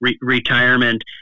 retirement